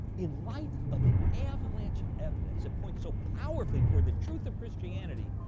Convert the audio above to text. in light of the avalanche of evidence that points so powerfully towards the truth of christianity,